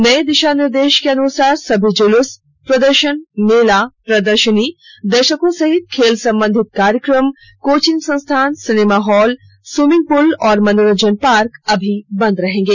नए दिशा निर्देश के अनुसार सभी जुलूस प्रदर्शन मेला प्रदर्शनी दर्शकों सहित खेल संबंधित कार्यक्रम कोचिंग संस्थान सिनेमा हॉल स्वीमिंग पूल और मनोरंजन पार्क अभी बंद रहेंगे